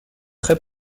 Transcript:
très